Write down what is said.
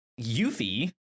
Yuffie